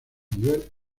nivel